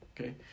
okay